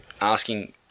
asking